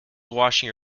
washing